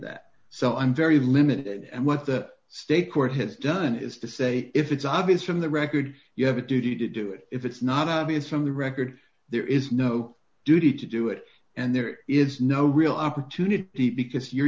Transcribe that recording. that so i'm very limited and what the state court has done is to say if it's obvious from the record you have a duty to do it if it's not obvious from the record there is no duty to do it and there is no real opportunity because you're